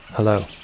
Hello